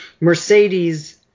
Mercedes